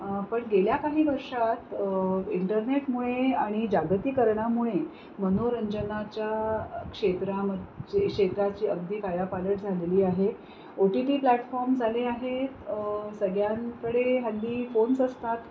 पण गेल्या काही वर्षात इंटरनेटमुळे आणि जागतिकीकरणामुळे मनोरंजनाच्या क्षेत्राम जे क्षेत्राची अगदी कायापालट झालेली आहे ओ टी टी प्लॅटफॉम झाले आहेत सगळ्यांकडे हल्ली फोन्स असतात